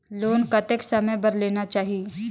Loan कतेक समय बर लेना चाही?